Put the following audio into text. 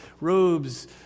robes